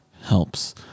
helps